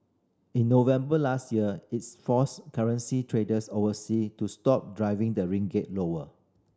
in November last year it's forced currency traders oversea to stop driving the ring git lower